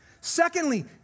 Secondly